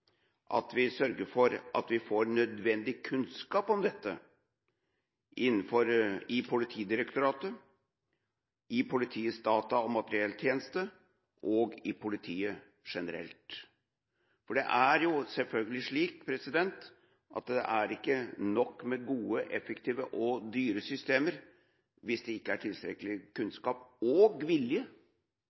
at vi sørger for at vi får nødvendig kunnskap om dette i Politidirektoratet, i Politiets data- og materielltjeneste og i politiet generelt. For det er selvfølgelig slik at det ikke er nok med gode, effektive og dyre systemer hvis det ikke er tilstrekkelig kunnskap og vilje